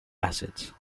acids